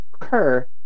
occur